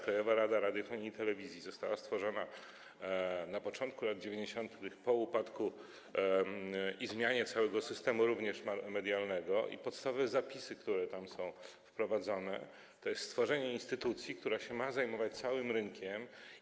Krajowa Rada Radiofonii i Telewizji została stworzona na początku lat 90. po upadku i zmianie całego systemu, również medialnego, i podstawowe zapisy, które tam są wprowadzone, dotyczą stworzenia instytucji, która ma się zajmować całym rynkiem.